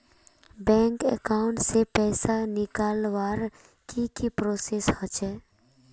Bank account से पैसा निकालवर की की प्रोसेस होचे?